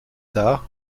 tard